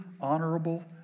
honorable